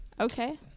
Okay